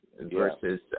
versus